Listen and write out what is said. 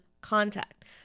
contact